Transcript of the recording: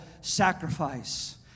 sacrifice